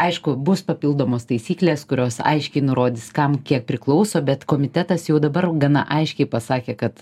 aišku bus papildomos taisyklės kurios aiškiai nurodys kam kie priklauso bet komitetas jau dabar gana aiškiai pasakė kad